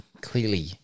clearly